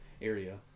area